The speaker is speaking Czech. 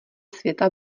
světa